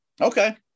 Okay